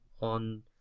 on